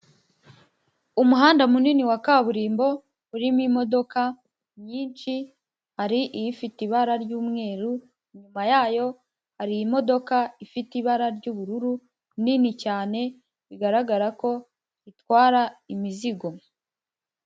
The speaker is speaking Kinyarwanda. Umuhanda munini wa kaburimbo, urimo imodoka nyinshi, hari ifite ibara ry'umweru, inyuma yayo hari imodoka ifite ibara ry'ubururu nini cyane, bigaragara ko itwara imizigo.